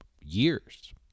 years